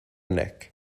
neck